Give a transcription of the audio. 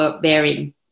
bearing